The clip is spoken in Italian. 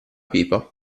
pipa